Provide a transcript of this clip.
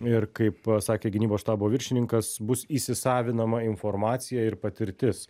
ir kaip sakė gynybos štabo viršininkas bus įsisavinama informacija ir patirtis